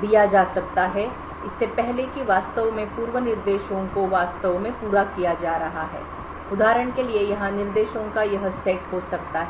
दिया जा सकता है इससे पहले कि वास्तव में पूर्व निर्देशों को वास्तव में पूरा किया जा रहा है उदाहरण के लिए यहां निर्देशों का यह सेट हो सकता है